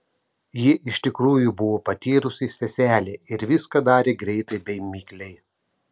ji iš tikrųjų buvo patyrusi seselė ir viską darė greitai bei mikliai